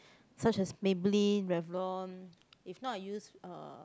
such as Maybelline Revlon if not I use uh